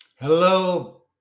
Hello